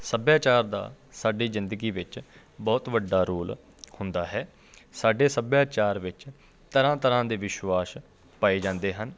ਸੱਭਿਆਚਾਰ ਦਾ ਸਾਡੀ ਜ਼ਿੰਦਗੀ ਵਿੱਚ ਬਹੁਤ ਵੱਡਾ ਰੋਲ ਹੁੰਦਾ ਹੈ ਸਾਡੇ ਸੱਭਿਆਚਾਰ ਵਿੱਚ ਤਰ੍ਹਾਂ ਤਰ੍ਹਾਂ ਦੇ ਵਿਸ਼ਵਾਸ ਪਾਏ ਜਾਂਦੇ ਹਨ